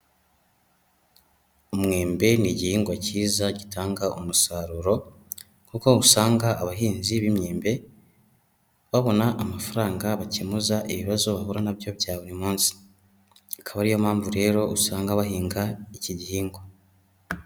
Umwembe ni igihingwa cyiza gitanga umusaruro kuko usanga abahinzi b'imyembe babona amafaranga bakemuza ibibazo bahura nabyo bya buri munsi, akaba ariyo mpamvu rero usanga bahinga iki gihingwa.